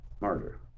murder